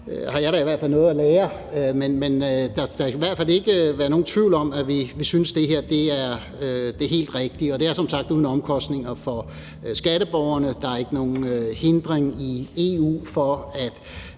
har jeg da i hvert fald noget at lære. Men der skal i hvert fald ikke være nogen tvivl om, at vi synes, at det her er det helt rigtige. Det er som sagt uden omkostninger for skatteborgerne. Der er ikke nogen hindring i EU for, at